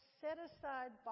set-aside